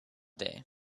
day